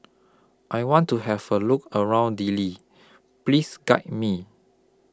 I want to Have A Look around Dili Please Guide Me